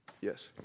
Yes